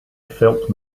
felt